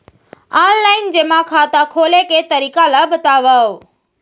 Online जेमा खाता खोले के तरीका ल बतावव?